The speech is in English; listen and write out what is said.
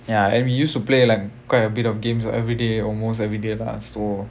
ya and we used to play like quite a bit of games everyday almost everyday lah so